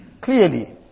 Clearly